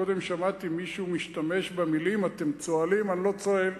קודם שמעתי מישהו משתמש במלים "אתם צוהלים" אני לא צוהל.